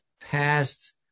past